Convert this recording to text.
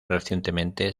recientemente